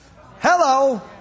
Hello